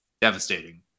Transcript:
Devastating